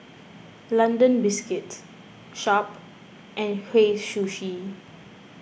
London Biscuits Sharp and Hei Sushi